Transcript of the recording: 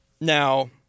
Now